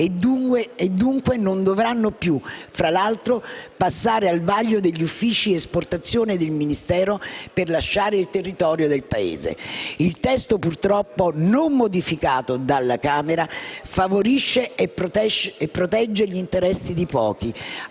e dunque non dovranno più, fra l'altro, passare al vaglio degli uffici esportazione del Ministero per lasciare il territorio del Paese. Il testo, purtroppo non modificato dalla Camera, favorisce e protegge gli interessi di pochi,